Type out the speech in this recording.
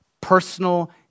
personal